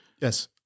Yes